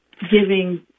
giving